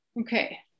Okay